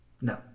No